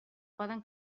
poden